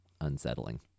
unsettling